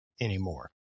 anymore